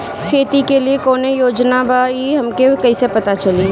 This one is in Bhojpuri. खेती के लिए कौने योजना बा ई हमके कईसे पता चली?